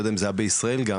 לא יודע אם זה היה בישראל גם,